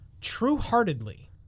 true-heartedly